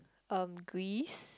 um Greece